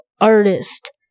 artist